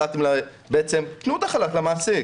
תנו את החל"ת למעסיק.